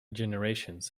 generations